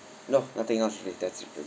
no nothing else that's it